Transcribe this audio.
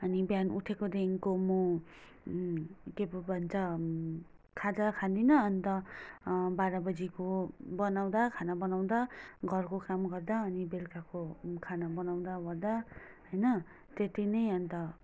अनि बिहान उठेकोदेखिको म के पो भन्छ खाजा खाँदिनँ अन्त बाह्र बजीको बनाउँदा खाना बनाउँदा घरको काम गर्दा अनि बेलुकाको खाना बनाउँदा ओर्दा होइन त्यति नै अन्त